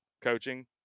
coaching